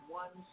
one